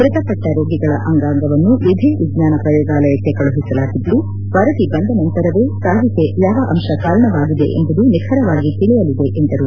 ಮೃತಪಟ್ಟ ರೋಗಿಗಳ ಅಂಗಾಂಗವನ್ನು ವಿಧಿ ವಿಜ್ಞಾನ ಪ್ರಯೋಗಾಲಯಕ್ಕೆ ಕಳುಹಿಸಲಾಗಿದ್ದು ವರದಿ ಬಂದ ನಂತರವೇ ಸಾವಿಗೆ ಯಾವ ಅಂಶ ಕಾರಣವಾಗಿದೆ ಎಂಬುದು ನಿಖರವಾಗಿ ಕಿಳಿಯಲಿದೆ ಎಂದರು